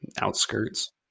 outskirts